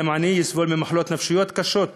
אדם עני יסבול ממחלות נפשיות קשות,